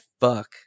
fuck